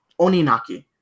Oninaki